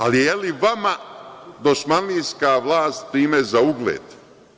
Ali, jel vama dosmanlijska vlast primer za ugled?